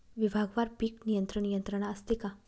विभागवार पीक नियंत्रण यंत्रणा असते का?